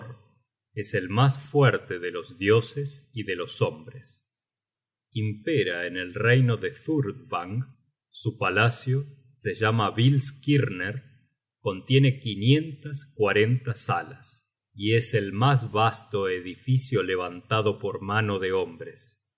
es el mas fuerte de los dioses y de los hombres impera en el reino de thrudvang su palacio se llama bilskirner contiene quinientas cuarenta salas y es el mas vasto edificio levanta do por mano de hombres